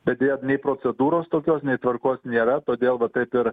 bet deja nei procedūros tokios nei tvarkos nėra todėl va taip ir